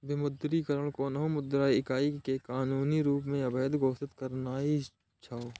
विमुद्रीकरण कोनो मुद्रा इकाइ कें कानूनी रूप सं अवैध घोषित करनाय छियै